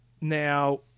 Now